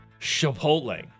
Chipotle